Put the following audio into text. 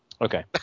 okay